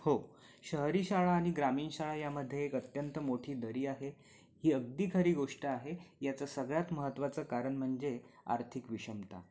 हो शहरी शाळा आणि ग्रामीण शाळा यामध्ये एक अत्यंत मोठी दरी आहे ही अगदी घरी गोष्ट आहे याचं सगळ्यात महत्त्वाचं कारण म्हणजे आर्थिक विषमता